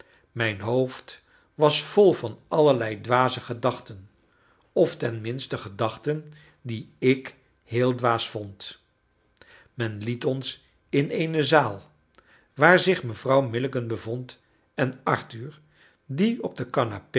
mijn hoofd was vol van allerlei dwaze gedachten of tenminste gedachten die ik heel dwaas vond men liet ons in eene zaal waar zich mevrouw milligan bevond en arthur die op de